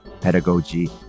pedagogy